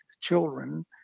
children